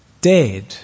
dead